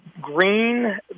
green